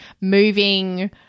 moving